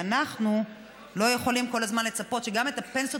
ואנחנו לא יכולים כל הזמן לצפות שגם את הפנסיות